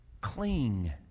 Cling